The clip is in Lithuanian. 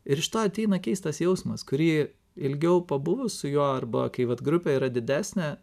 ir iš to ateina keistas jausmas kurį ilgiau pabuvus su juo arba kai vat grupė yra didesnė